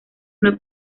una